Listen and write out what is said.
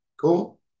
Cool